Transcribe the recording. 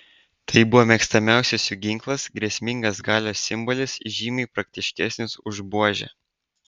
tai buvo mėgstamiausias jų ginklas grėsmingas galios simbolis žymiai praktiškesnis už buožę